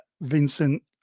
Vincent